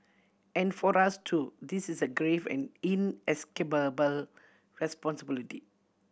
and for us too this is a grave and inescapable responsibility